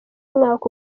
umwaka